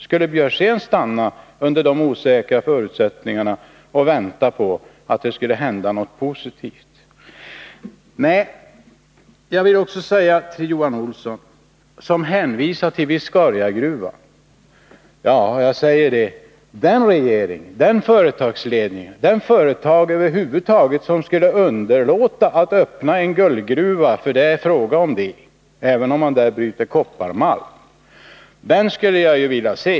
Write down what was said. Skulle Karl Björzén stanna under de osäkra förutsättningarna och vänta på att det skulle hända något positivt? Jag vill också säga till Johan Olsson, som hänvisar till Viscariagruvan: Jag skulle vilja se den regering eller den företagsledning som skulle underlåta att öppna den här guldgruvan — det är fråga om det, även om det gäller kopparmalm.